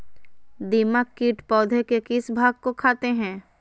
दीमक किट पौधे के किस भाग को खाते हैं?